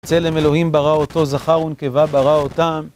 צלם אלוהים ברא אותו זכר ונקבה ברא אותם